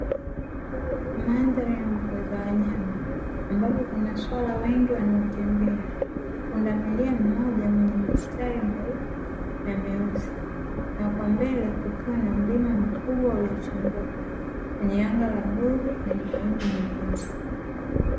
Mandhari ya mbuga za wanyama ambapo kuna swala wengi wanaotembea, pundamilia mmoja mwenye mistari myeupe na myeusi, na kwa mbele kukiwa kuna mlima mkubwa uliochongoka kwenye anga la bluu lenye mawingu mepesi.